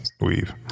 Weave